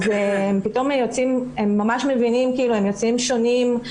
הם ממש מבינים ויוצאים שונים.